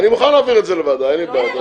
יכול להיות שאולי אם נעלה את זה במליאת הכנסת,